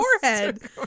forehead